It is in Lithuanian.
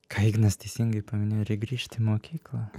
ką ignas teisingai paminėjo reik grįžt į mokyklą